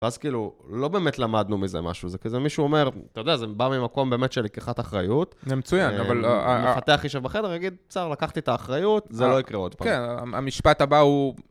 ואז כאילו, לא באמת למדנו מזה משהו, זה כזה מישהו אומר, אתה יודע, זה בא ממקום באמת של לקיחת אחריות. זה מצוין, אבל... מפתח יושב בחדר, יגיד, בסדר.. לקחתי את האחריות, זה לא יקרה עוד פעם. כן, המשפט הבא הוא...